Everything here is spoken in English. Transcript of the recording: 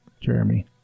Jeremy